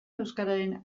euskararen